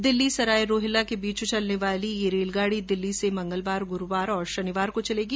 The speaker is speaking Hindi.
दिल्ली सरायरोहिला के बीच चलने वाली यह रेलगाडी दिल्ली से मंगलवार गुरुवार और शनिवार को चलेगी